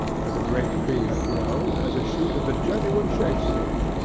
where the great tree had grown, as a shoot of the genuine shakspeare,